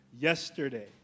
yesterday